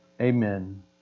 Amen